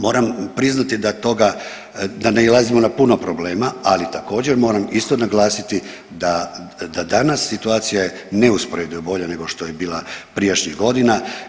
Moram priznati da toga, da nailazimo na puno problema, ali također, moram isto naglasiti da danas situacija je neusporedivo bolja nego što je bila prijašnjih godina.